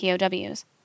POWs